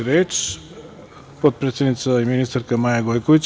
Reč ima potpredsednica i ministarka Maja Gojković.